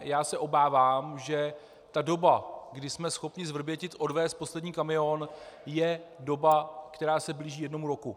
Já se obávám, že doba, kdy jsme schopni z Vrbětic odvézt poslední kamion, je doba, která se blíží jednomu roku.